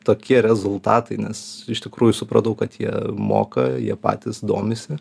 tokie rezultatai nes iš tikrųjų supratau kad jie moka jie patys domisi